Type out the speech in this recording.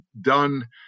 done